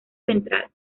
central